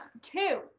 Two